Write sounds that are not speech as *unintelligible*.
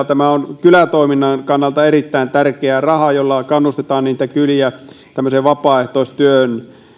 *unintelligible* tämä on kylätoiminnan kannalta erittäin tärkeä raha jolla kannustetaan kyliä tämmöiseen vapaaehtoistyöhön